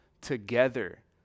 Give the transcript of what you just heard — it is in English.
together